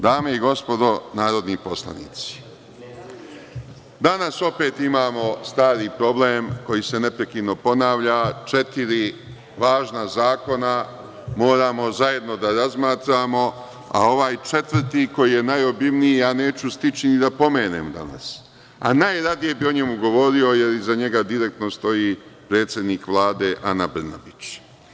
Dame i gospodo narodni poslanici, danas opet imamo stari problem koji se neprekidno ponavlja, četiri važna zakona moramo zajedno da razmatramo, a ovaj četvrti koji je najobimniji neću stići ni da pomenem danas, a najradije bih o njemu govorio, jer iza njega direktno stoji predsednik Vlade Ana Brnabić.